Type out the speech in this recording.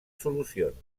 solucions